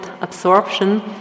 absorption